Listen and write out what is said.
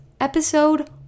episode